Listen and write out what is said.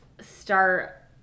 start